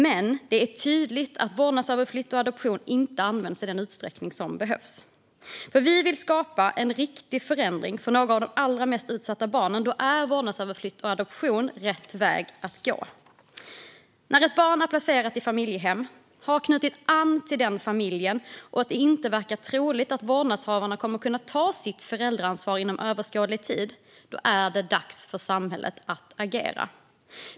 Men det är tydligt att vårdnadsöverflyttningar och adoption inte används i den utsträckning som behövs. Vi vill skapa en riktig förändring för några av de allra mest utsatta barnen. Då är vårdnadsöverflyttning och adoption rätt väg att gå. När ett barn är placerat i familjehem och har knutit an till denna familj och när det inte verkar troligt att vårdnadshavarna kommer att kunna ta sitt föräldraansvar inom överskådlig tid är det dags för samhället att agera.